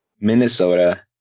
Minnesota